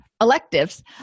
electives